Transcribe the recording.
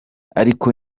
ariko